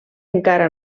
encara